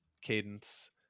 cadence